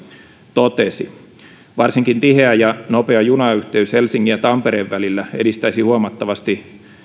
totesi varsinkin tiheä ja nopea junayhteys helsingin ja tampereen välillä edistäisi huomattavasti